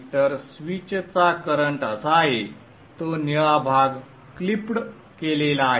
तर स्विचचा करंट असा आहे तो निळा भाग क्लिप्ड केलेला आहे